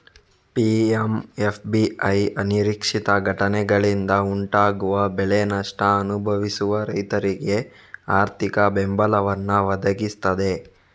PMFBY ಅನಿರೀಕ್ಷಿತ ಘಟನೆಗಳಿಂದ ಉಂಟಾಗುವ ಬೆಳೆ ನಷ್ಟ ಅನುಭವಿಸುವ ರೈತರಿಗೆ ಆರ್ಥಿಕ ಬೆಂಬಲವನ್ನ ಒದಗಿಸ್ತದೆ